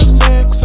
sex